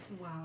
Wow